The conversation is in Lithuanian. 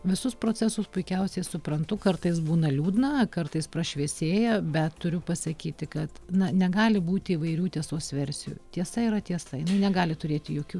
visus procesus puikiausiai suprantu kartais būna liūdna kartais prašviesėja be turiu pasakyti kad na negali būti įvairių tiesos versijų tiesa yra tiesa negali turėti jokių